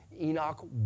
Enoch